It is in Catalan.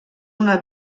una